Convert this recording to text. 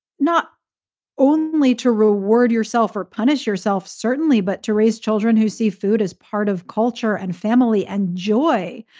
not only to reward yourself or punish yourself, certainly, but to raise children who see food as part of culture and family and joy.